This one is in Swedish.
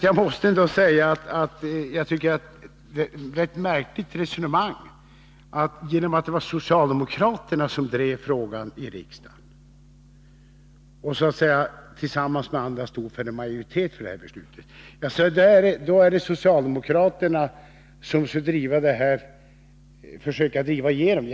Jag måste säga till Wiggo Komstedt att han för ett rätt märkligt resonemang: Eftersom det var socialdemokraterna som drev frågan i riksdagen och tillsammans med andra stod för en majoritet för detta beslut, är det socialdemokraterna som försöker driva igenom det.